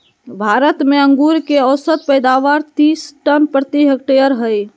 भारत में अंगूर के औसत पैदावार तीस टन प्रति हेक्टेयर हइ